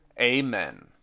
amen